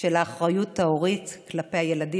של האחריות ההורית כלפי הילדים.